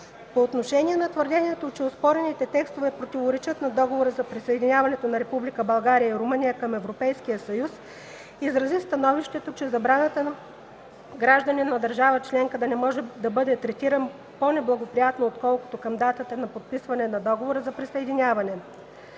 По отношение на твърдението, че оспорените текстове противоречат на Договора за присъединяване на Република България и Румъния към Европейския съюз изрази становището, че забраната гражданин на държава членка да не може да бъде третиран по-неблагоприятно отколкото към датата на подписване на Договора за присъединяване